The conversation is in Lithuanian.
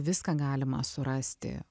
viską galima surasti